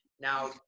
Now